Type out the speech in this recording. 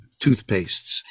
toothpastes